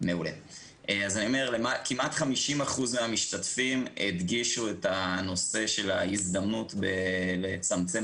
אז כמעט 50% מהמשתתפים הדגישו את הנושא של ההזדמנות לצמצם